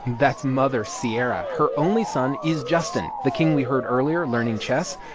that's mother, sierra. her only son is justin, the king we heard earlier learning chess.